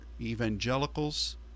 evangelicals